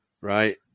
right